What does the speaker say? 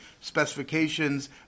specifications